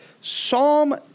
Psalm